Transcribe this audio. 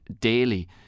daily